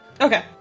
Okay